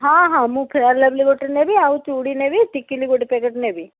ହଁ ହଁ ମୁଁ ଫେୟାର୍ ଲଭ୍ଲୀ ଗୋଟେ ନେବି ଆଉ ଚୁଡ଼ି ନେବି ଟିକିଲି ଗୋଟେ ପ୍ୟାକେଟ୍ ନେବି